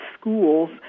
schools